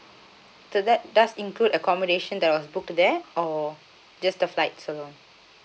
does that does include accommodation there was book there or just the flights so